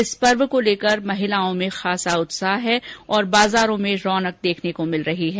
इस पर्व को लेकर महिलाओं में खासा उत्साह है और बाजारों में रौनक देखने को मिल रही है